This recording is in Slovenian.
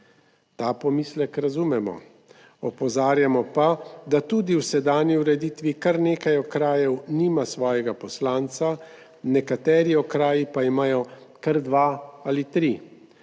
Ta pomislek razumemo, opozarjamo pa, da tudi v sedanji ureditvi kar nekaj okrajev nima svojega poslanca, nekateri okraji pa imajo kar dva ali tri.